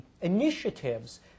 initiatives